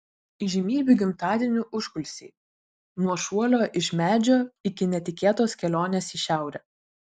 įžymybių gimtadienių užkulisiai nuo šuolio iš medžio iki netikėtos kelionės į šiaurę